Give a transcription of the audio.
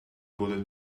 bullet